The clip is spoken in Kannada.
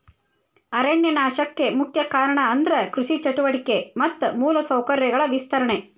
ಅರಣ್ಯ ನಾಶಕ್ಕೆ ಮುಖ್ಯ ಕಾರಣ ಅಂದ್ರ ಕೃಷಿ ಚಟುವಟಿಕೆ ಮತ್ತ ಮೂಲ ಸೌಕರ್ಯಗಳ ವಿಸ್ತರಣೆ